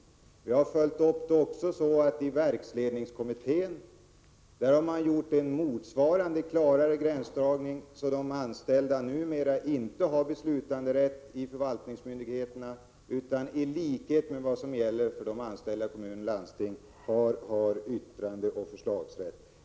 Detta har följts upp på det sättet att verksledningskommittén också har gjort en motsvarande klarare gränsdragning, så att de anställda numera inte har beslutanderätt i förvaltningsmyndigheterna utan har, i likhet med de anställda i kommuner och landsting, yttrandeoch förslagsrätt.